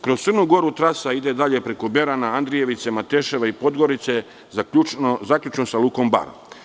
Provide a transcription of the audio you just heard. Kroz Crnu Goru trasa ide dalje preko Berana, Andrijevice, Mateševa i Podgorice, zaključno sa Lukom Bar.